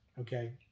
Okay